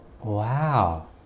Wow